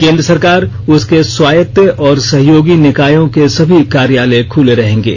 केंद्र सरकार उसके स्वायत्त और सहयोगी निकायों के सभी कार्यालय खुले रहेंगे